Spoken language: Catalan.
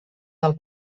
del